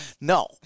No